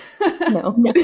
No